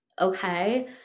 Okay